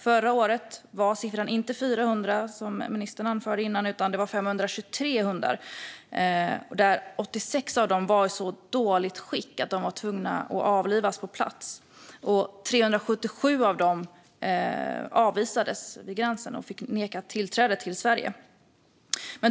Förra året var siffran inte 400 hundar, som ministern anförde, utan 523, varav 86 var i så dåligt skick att man var tvungen att avliva dem på plats. 377 avvisades vid gränsen och nekades tillträde till Sverige.